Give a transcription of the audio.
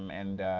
um and,